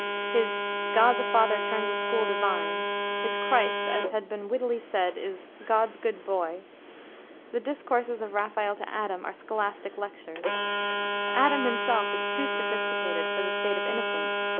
his god the father turns a school divine his christ, as has been wittily said, is god's good boy the discourses of raphael to adam are scholastic lectures adam himself is too sophisticated for the state of innocence,